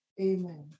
Amen